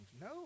No